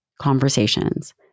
conversations